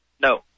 No